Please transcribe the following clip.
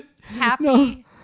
Happy